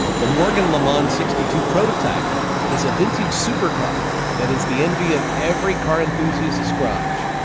the morgan le mans sixty two prototype is a vintage supercar that is the envy of every car enthusiast garage.